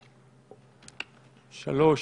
שלושה.